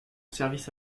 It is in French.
service